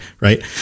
Right